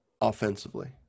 offensively